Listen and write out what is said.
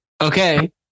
Okay